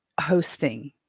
hosting